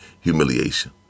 humiliation